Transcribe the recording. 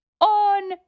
on